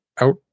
out